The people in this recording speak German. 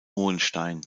hohenstein